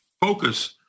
focus